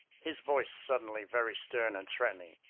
his voice suddenly very stern and threatening,